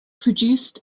produced